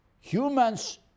humans